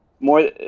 more